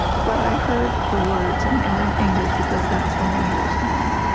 but i heard the words and they were in english because that's what i understand.